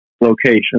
location